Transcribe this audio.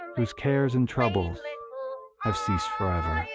whose cares and troubles have ceased forever.